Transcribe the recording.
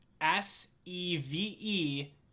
S-E-V-E